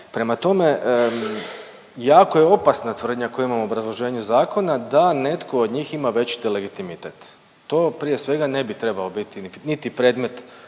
Prema tome, jako je opasna tvrdnja koju imamo u obrazloženju zakona, da netko od njih ima veći legitimitet. To prije svega ne bi trebao biti niti predmet